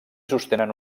sostenen